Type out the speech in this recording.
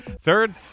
Third